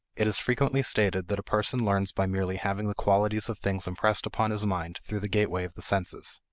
it is frequently stated that a person learns by merely having the qualities of things impressed upon his mind through the gateway of the senses.